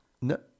No